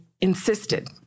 insisted